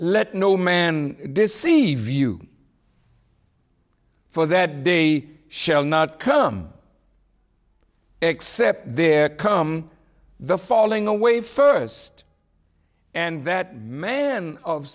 let no man deceive you for that day shall not come except there come the falling away first and that man of